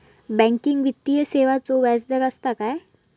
Banking वित्तीय सेवाचो व्याजदर असता काय?